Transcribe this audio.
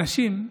אנשים,